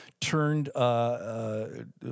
turned